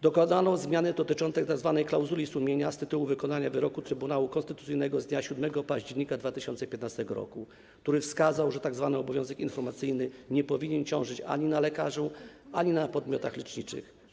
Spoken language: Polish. Dokonano zmiany dotyczącej tzw. klauzuli sumienia z tytułu wykonania wyroku Trybunału Konstytucyjnego z dnia 7 października 2015 r., który wskazał, że tzw. obowiązek informacyjny nie powinien ciążyć ani na lekarzu, ani na podmiotach leczniczych.